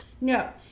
No